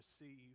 receive